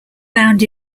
found